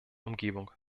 umgebung